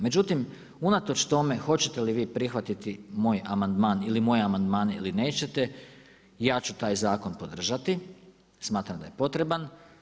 Međutim, unatoč tome hoćete li vi prihvatiti moj amandman ili moje amandmane ili nećete ja ću taj zakon podržati, smatram da je potreban.